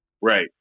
Right